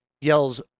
Yells